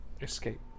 escape